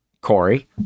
Corey